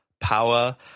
power